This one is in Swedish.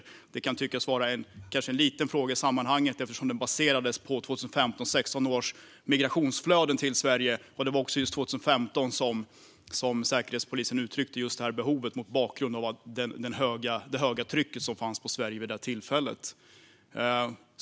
Det kanske kan tyckas vara en liten fråga i sammanhanget eftersom den baseras på 2015-2016 års migrationsflöden till Sverige, och det var också just 2015 som Säkerhetspolisen uttryckte detta behov mot bakgrund av det höga tryck som fanns på Sverige vid det tillfället.